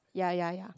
ya ya ya